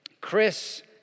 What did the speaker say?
Chris